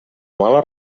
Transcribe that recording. mala